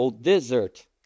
desert